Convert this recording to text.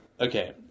Okay